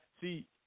see